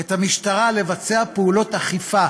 את המשטרה לבצע פעולות אכיפה